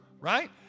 Right